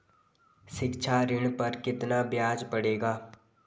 शिक्षा ऋण पर कितना ब्याज पड़ेगा?